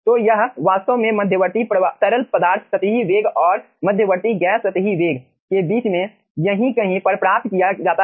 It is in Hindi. तो यह वास्तव में मध्यवर्ती तरल पदार्थ सतही वेग और मध्यवर्ती गैस सतही वेग के बीच में यहीं कहीं पर प्राप्त किया जाता है